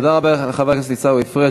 תודה רבה לך, חבר הכנסת עיסאווי פריג'.